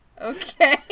okay